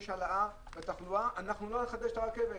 יש עלייה בתחלואה, אנחנו לא נחדש את הרכבת.